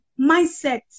mindset